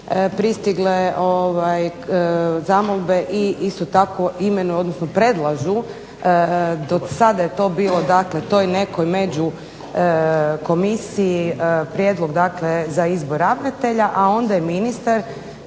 pristigle zamolbe i isto tako imenuju, odnosno predlažu dosada je to bilo dakle toj nekoj međukomisiji prijedlog dakle za izbor ravnatelja, a onda je ministar